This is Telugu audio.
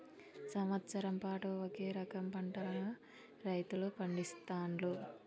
సంవత్సరం పాటు ఒకే రకం పంటలను రైతులు పండిస్తాండ్లు